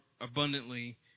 abundantly